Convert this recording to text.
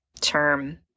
term